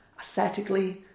aesthetically